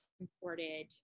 imported